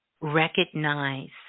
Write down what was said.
Recognize